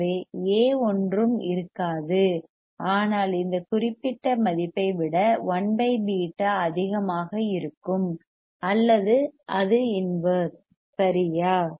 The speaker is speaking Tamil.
ஆகவே A ஒன்றும் இருக்காது ஆனால் இந்த குறிப்பிட்ட மதிப்பை விட 1 β அதிகமாக இருக்கும் அல்லது இது இன்வெர்ஸ் சரியா